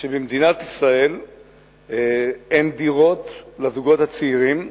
שבמדינת ישראל אין דירות לזוגות הצעירים,